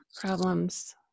problems